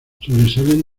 sobresalen